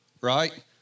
right